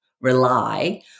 rely